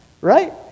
right